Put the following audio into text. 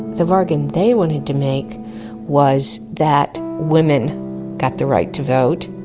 the bargain they wanted to make was that women got the right to vote,